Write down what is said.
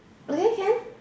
okay can